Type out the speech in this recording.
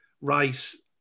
Rice